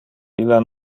illa